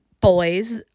boys